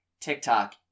TikTok